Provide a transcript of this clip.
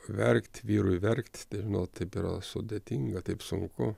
verkt vyrui verkt ir nu taip yra sudėtinga taip sunku